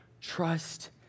trust